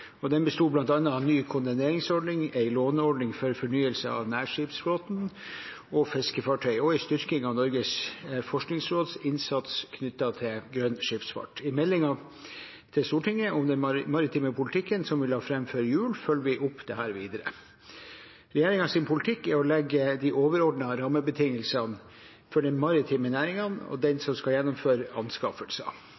og den besto bl.a. av ny kondemneringsordning, en låneordning for fornyelse av nærskipsflåten og fiskefartøy og en styrking av Norges forskningsråds innsats knyttet til grønn skipsfart. I meldingen til Stortinget om den maritime politikken som vi la fram før jul, følger vi opp dette videre. Regjeringens politikk er å legge de overordnede rammebetingelsene for den maritime næringen og den